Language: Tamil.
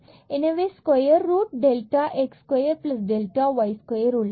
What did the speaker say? எனவே நம்மிடம் square root delta x square delta y square உள்ளது